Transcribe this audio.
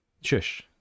shush